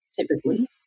typically